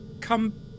Come